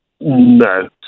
No